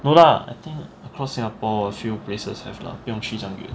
no lah I think across singapore a few places have lah 不用去这样远